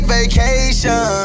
vacation